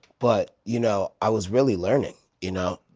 but you know i was really learning, you know?